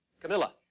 Camilla